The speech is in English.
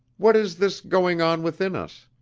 what is this going on within us?